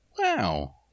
Wow